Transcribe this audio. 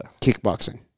kickboxing